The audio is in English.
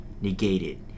negated